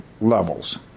levels